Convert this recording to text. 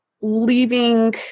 leaving